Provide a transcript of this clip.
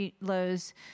lows